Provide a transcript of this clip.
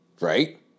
Right